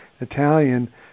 Italian